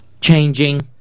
Changing